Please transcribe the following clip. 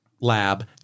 lab